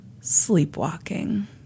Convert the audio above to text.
sleepwalking